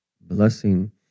blessing